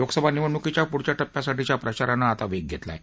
लोकसभा निवडणुकीच्या पुढच्या टप्प्यासाठीच्या प्रचारानं आता वेग घेतला आहे